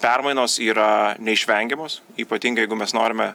permainos yra neišvengiamos ypatingai jeigu mes norime